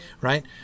right